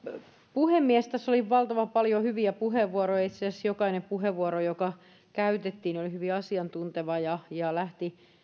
puhemies tässä oli valtavan paljon hyviä puheenvuoroja ja itse asiassa jokainen puheenvuoro joka käytettiin oli hyvin asiantunteva ja ja lähti